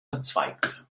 verzweigt